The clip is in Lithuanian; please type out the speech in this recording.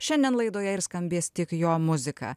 šiandien laidoje ir skambės tik jo muzika